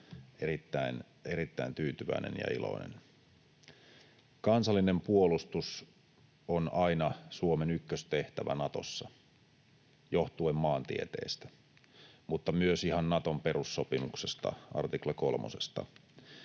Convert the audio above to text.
erittäin tyytyväinen ja iloinen. Kansallinen puolustus on aina Suomen ykköstehtävä Natossa johtuen maantieteestä, mutta myös ihan Naton perussopimuksesta, artikla kolmosesta.